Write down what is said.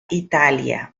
italia